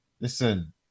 Listen